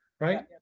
right